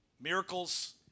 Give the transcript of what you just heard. miracles